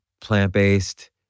plant-based